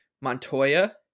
Montoya